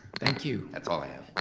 thank you. that's all i have.